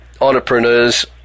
entrepreneurs